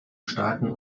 staaten